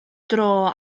dro